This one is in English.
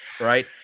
right